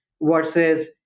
versus